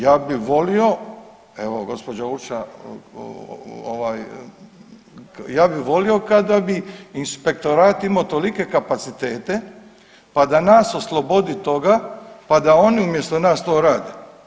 Ja bi volio, evo gospođa Urša ovaj, ja bi volio kada bi inspektorat imao tolike kapacitete pa da nas oslobodi toga pa da oni umjesto nas to rade.